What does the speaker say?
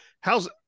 how's